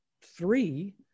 three